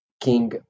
King